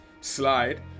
slide